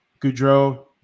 Goudreau